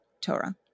Torah